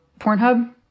Pornhub